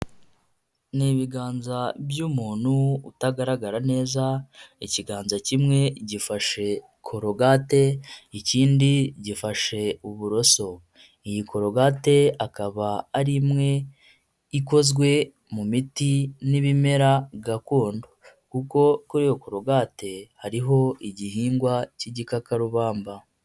Ni ibiganza by'umuntu utagaragara neza ikiganza kimwe gifashe korogate ikindi gifashe uburoso, iyi corogate akaba ari imwe ikozwe mu miti n'ibimera gakondo kuko kuri iyo korogate hariho igihingwa cy'igikakarubamba.